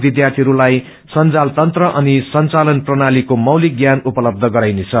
विध्यार्थीहरूलाई संजाल तन्त्र अनि संचालन प्रणलीको मौलिक ज्ञान उपलब्ब गरानरेछ